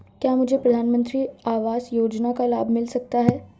क्या मुझे प्रधानमंत्री आवास योजना का लाभ मिल सकता है?